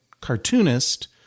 cartoonist